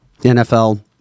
NFL